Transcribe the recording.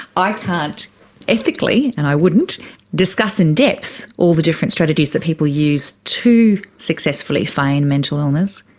i can't ethically, and i wouldn't discuss in depth all the different strategies that people use to successfully feign mental illness,